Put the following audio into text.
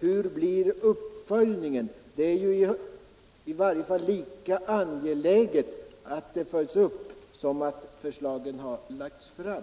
Hur blir uppföljningen? Det är ju lika angeläget att förslagen följs upp, som det var att de lades fram.